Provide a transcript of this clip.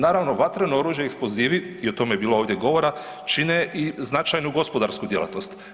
Naravno, vatreno oružje i eksplozivi, i o tome je bilo ovdje govora, čine i značajnu gospodarsku djelatnost.